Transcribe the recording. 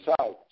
south